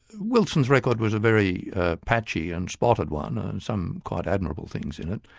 wilson's record was a very patchy and spotted one, and some quite admirable things in it,